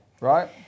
Right